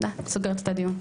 אני סוגרת את הדיון.